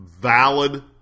valid